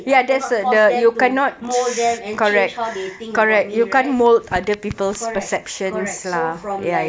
I cannot force them to mould them and change how they think about me right correct correct so from like